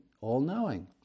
all-knowing